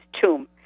tomb